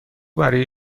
برای